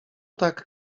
tak